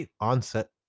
onset